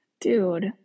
dude